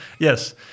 Yes